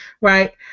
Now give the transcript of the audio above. right